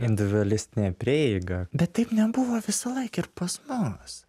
individualistinė prieiga bet taip nebuvo visą laiką ir pas mus